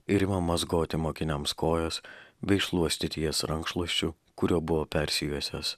ir ima mazgoti mokiniams kojas bei šluostyti jas rankšluosčiu kuriuo buvo persijuosęs